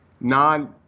non